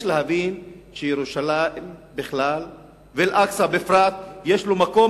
יש להבין שירושלים בכלל ואל-אקצא בפרט יש להם מקום